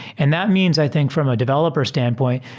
and that means i think from a developer standpoint,